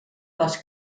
les